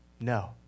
No